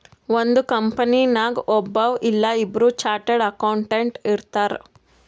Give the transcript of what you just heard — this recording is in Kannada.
ಒಂದ್ ಕಂಪನಿನಾಗ್ ಒಬ್ಬವ್ ಇಲ್ಲಾ ಇಬ್ಬುರ್ ಚಾರ್ಟೆಡ್ ಅಕೌಂಟೆಂಟ್ ಇರ್ತಾರ್